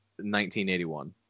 1981